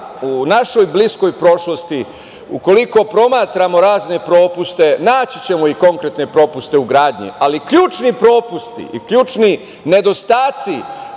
u našoj bliskoj prošlosti ukoliko promatramo razne propuste naći ćemo i konkretne propuste u gradnji, ali ključni propusti i ključni nedostaci,